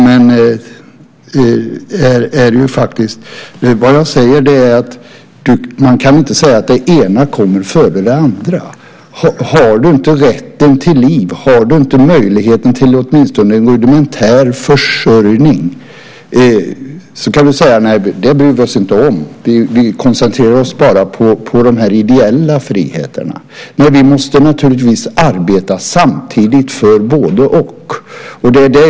Man kan inte säga att det ena kommer före det andra. Har du inte rätt till liv? Ska du inte ha möjlighet till åtminstone en rudimentär försörjning? Kan du säga att ni inte bryr er om sådant utan bara koncentrerar er på de ideella friheterna? Vi måste naturligtvis arbeta samtidigt för både-och.